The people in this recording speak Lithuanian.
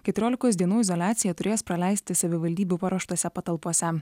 keturiolikos dienų izoliaciją turės praleisti savivaldybių paruoštose patalpose